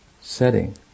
setting